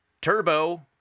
Turbo